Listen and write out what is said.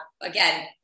again